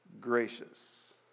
gracious